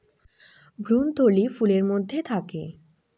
ভ্রূণথলি ফুলের মধ্যে থাকে